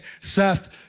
Seth